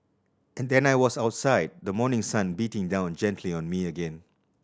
and then I was outside the morning sun beating down gently on me again